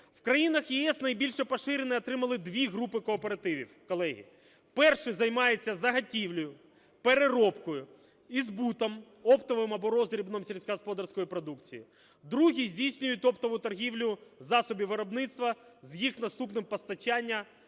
В країнах ЄС найбільше поширення отримали дві групи кооперативів, колеги. Перша займається заготівлею, переробкою і збутом, оптової або роздрібної сільськогосподарської продукції. Друга здійснює оптову торгівлю засобів виробництва з їх наступним постачанням